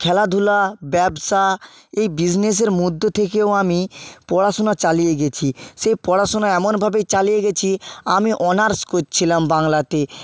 খেলাধুলা ব্যবসা এই বিসনেসের মধ্য থেকেও আমি পড়াশুনা চালিয়ে গেছি সেই পড়াশুনা এমনভাবে চালিয়ে গেছি আমি অনার্স করছিলাম বাংলাতে